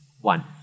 one